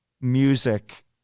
music